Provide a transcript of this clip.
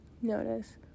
Notice